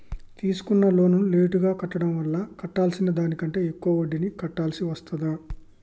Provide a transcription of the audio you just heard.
తీసుకున్న లోనును లేటుగా కట్టడం వల్ల కట్టాల్సిన దానికంటే ఎక్కువ వడ్డీని కట్టాల్సి వస్తదా?